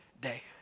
day